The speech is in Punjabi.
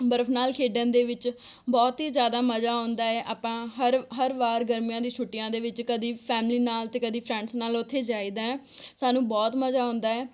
ਬਰਫ਼ ਨਾਲ ਖੇਡਣ ਦੇ ਵਿੱਚ ਬਹੁਤ ਹੀ ਜ਼ਿਆਦਾ ਮਜ਼ਾ ਆਉਂਦਾ ਹੈ ਆਪਾਂ ਹਰ ਹਰ ਵਾਰ ਗਰਮੀਆਂ ਦੀਆਂ ਛੁੱਟੀਆਂ ਦੇ ਵਿੱਚ ਕਦੀ ਫੈਮਿਲੀ ਨਾਲ ਅਤੇ ਕਦੀ ਫਰੈਂਡਸ ਨਾਲ ਉੱਥੇ ਜਾਈਦਾ ਸਾਨੂੰ ਬਹੁਤ ਮਜ਼ਾ ਆਉਂਦਾ ਹੈ